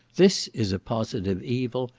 this is a positive evil,